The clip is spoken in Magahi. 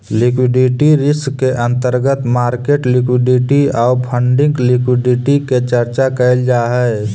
लिक्विडिटी रिस्क के अंतर्गत मार्केट लिक्विडिटी आउ फंडिंग लिक्विडिटी के चर्चा कैल जा हई